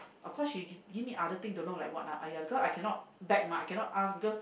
of course she give give me other thing don't know like what lah !aiya! because I cannot beg mah I cannot ask because